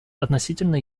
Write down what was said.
относительно